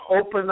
open